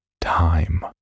time